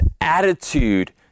attitude